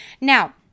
Now